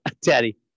Teddy